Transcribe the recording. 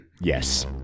Yes